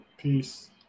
Peace